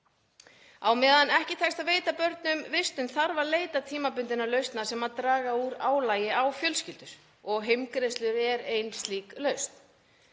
Á meðan ekki tekst að veita börnum vistun þarf að leita tímabundinna lausna sem draga úr álagi á fjölskyldur og eru heimgreiðslur ein slík lausn,